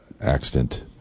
accident